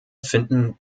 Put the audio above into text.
finden